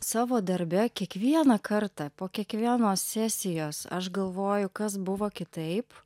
savo darbe kiekvieną kartą po kiekvienos sesijos aš galvoju kas buvo kitaip